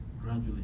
gradually